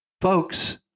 Folks